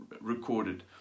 recorded